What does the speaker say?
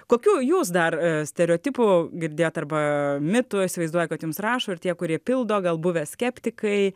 kokių jūs dar stereotipų girdėjot arba mitų įsivaizduojat kad jums rašo ir tie kurie pildo gal buvę skeptikai